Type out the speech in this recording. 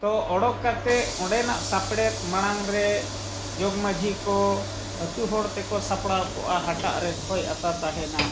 ᱛᱚ ᱚᱰᱚᱠ ᱠᱟᱛᱮᱫ ᱚᱸᱰᱮᱱᱟᱜ ᱥᱟᱯᱲᱮᱫ ᱢᱟᱲᱟᱝ ᱨᱮ ᱡᱚᱜᱽ ᱢᱟᱺᱡᱷᱤ ᱠᱚ ᱟᱛᱳ ᱦᱚᱲ ᱛᱮᱠᱚ ᱥᱟᱯᱲᱟᱣ ᱠᱚᱜᱼᱟ ᱦᱟᱴᱟᱜ ᱨᱮ ᱠᱷᱳᱭ ᱟᱛᱟ ᱛᱟᱦᱮᱱᱟ